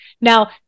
now